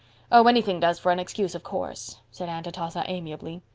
oh, anything does for an excuse, of course, said aunt atossa, amiably.